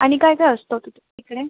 आणि काय काय असतं तिथे तिकडे